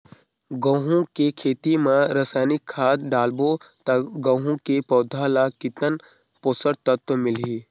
गंहू के खेती मां रसायनिक खाद डालबो ता गंहू के पौधा ला कितन पोषक तत्व मिलही?